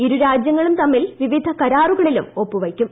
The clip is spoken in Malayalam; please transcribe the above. ഇരു രാജ്യങ്ങളും തമ്മിൽ വിവിധ കരാറുകളിലും ഒപ്പുവൃത്ക്കും